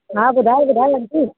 हा ॿुधायो ॿुधायो आंटी